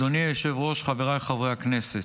אדוני היושב-ראש, חבריי חברי הכנסת,